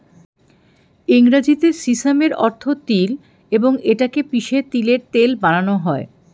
ইংরেজিতে সিসামের অর্থ তিল এবং এটা কে পিষে তিলের তেল বানানো হয়